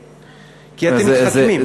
לכם, כי אתם מתחכמים.